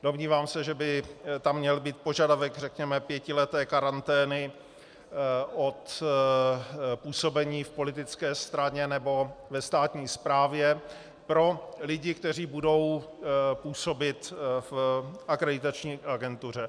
Domnívám se, že by tam měl být požadavek, řekněme, pětileté karantény od působení v politické straně nebo ve státní správě pro lidi, kteří budou působit v akreditační agentuře.